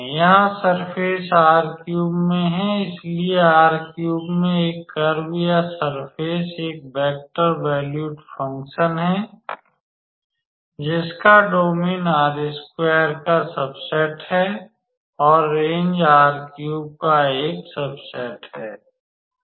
यहाँ सरफेस में है इसलिए में एक कर्व या सरफेस एक वेक्टर वैल्यूड फ़ंक्शन है जिसका डोमेन का सबसेट है और रेंज का एक सबसेट है सब ठीक है